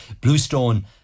bluestone